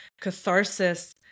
catharsis